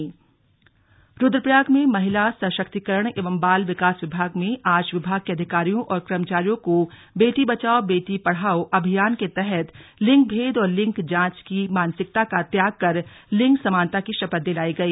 बेटी बचाओ बेटी पढ़ाओ रुद्रप्रयाग में महिला सशक्तिकरण एवं बाल विकास विभाग में आज विभाग के अधिकारियों और कर्मचारियों को बेटी बचाओ बेटी पढाओ अभियान के तहत लिंग भेद और लिंग जांच की मानसिकता का त्याग कर लिंग समानता की शपथ दिलाई गई